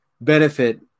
benefit